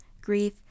grief